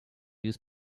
use